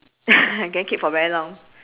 can I keep for very long